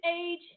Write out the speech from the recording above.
age